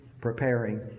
preparing